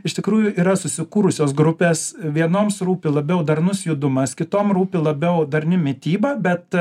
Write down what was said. iš tikrųjų yra susikūrusios grupės vienoms rūpi labiau darnus judumas kitom rūpi labiau darni mityba bet